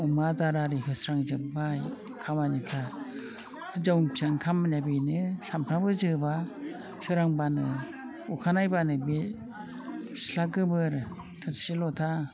अमा आदार आरि होस्रांजोब्बाय खामानिफ्रा हिनजावनि फिसा ओंखाम होनाय बेनो सामफ्रामबो जोबा सोरांब्लानो अखा नायब्लानो बे सिथ्ला गोबोर थोरसि लथा